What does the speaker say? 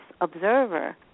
observer